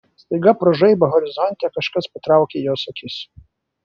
staiga pro žaibą horizonte kažkas patraukė jos akis